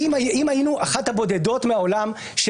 היינו אחת הבודדות בעולם,